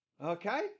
Okay